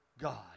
God